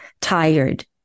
tired